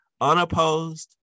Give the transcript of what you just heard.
unopposed